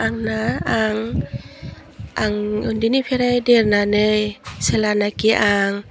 आंना आं आं उन्दैनिफ्रायनो देरनानै जेलानाखि आं